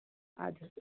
اَدٕ حظ